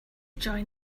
join